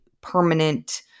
permanent